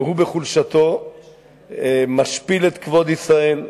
והוא בחולשתו משפיל את כבוד ישראל,